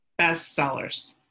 bestsellers